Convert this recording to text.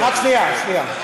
שנייה,